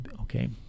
okay